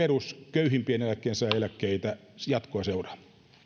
köyhimpien eläkkeensaajien eläkkeitä jatkoa seuraa